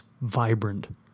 vibrant